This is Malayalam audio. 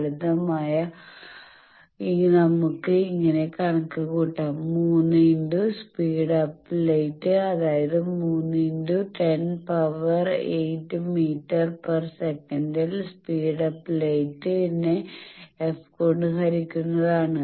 ലളിതമായ നമ്മുക്ക് ഇങ്ങനെ കണക്കുകൂട്ടാം 3 ഇൻറ്റു സ്പീഡ് അപ്പ് ലൈറ്റ് അതായത് 3 into 10 power 8 metre per second metre per second speed of light നെ f കൊണ്ട് ഹരിക്കുന്നതാണ്